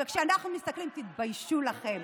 וכשאנחנו מסתכלים, תתביישו לכם.